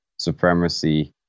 supremacy